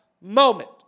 moment